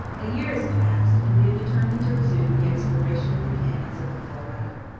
a year has passed, and we have determined to resume the exploration of the canyons of the colorado.